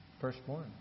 Firstborn